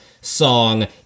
song